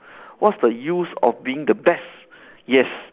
what's the use of being the best yes